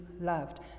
loved